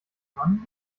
man